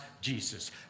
Jesus